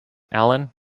alan